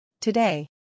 Today